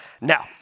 now